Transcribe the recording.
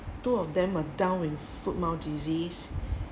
two of them are down with foot mouth disease